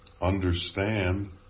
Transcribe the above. understand